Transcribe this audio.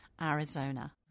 Arizona